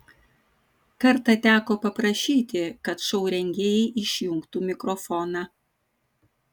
kartą teko paprašyti kad šou rengėjai išjungtų mikrofoną